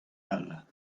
all